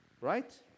right